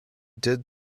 did